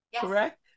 correct